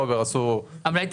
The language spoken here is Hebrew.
גם לחברה החרדית וגם לחברה הערבית.